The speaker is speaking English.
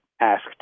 asked